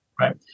right